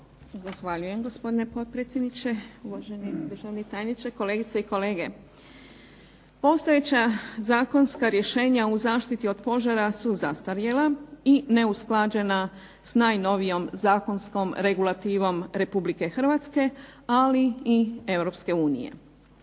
Zahvaljujem gospodine potpredsjedniče, uvaženi državni tajniče, kolegice i kolege. Postojeća zakonska rješenja u zaštiti od požara su zastarjela i neusklađena s najnovijom zakonskom regulativom RH, ali i EU. Posebice